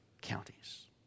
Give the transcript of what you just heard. counties